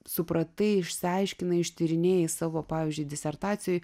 supratai išsiaiškinai ištyrinėjai savo pavyzdžiui disertacijoj